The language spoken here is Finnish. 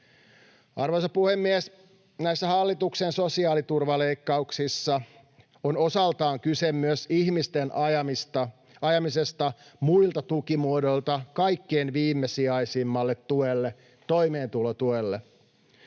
Arvoisa puhemies! Näissä hallituksen sosiaaliturvaleikkauksissa on osaltaan kyse myös ihmisten ajamisesta muilta tukimuodoilta kaikkein viimesijaisimmalle tuelle: toimeentulotuelle.